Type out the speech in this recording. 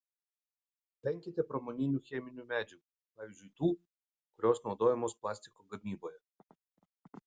venkite pramoninių cheminių medžiagų pavyzdžiui tų kurios naudojamos plastiko gamyboje